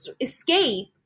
escape